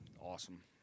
Awesome